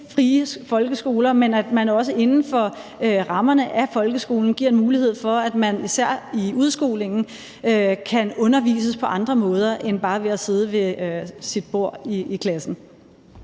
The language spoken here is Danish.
frie folkeskoler, og at der også inden for rammerne af folkeskolen gives en mulighed for, at man især i udskolingen kan undervises på andre måder end bare ved at sidde ved sit bord i klassen.